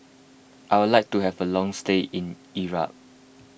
I would like to have a long stay in Iraq